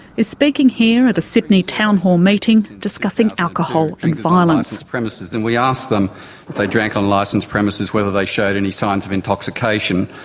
is speaking here at a sydney town hall meeting discussing alcohol and violence, then we asked them if they drank on licenced premises whether they showed any signs of intoxication.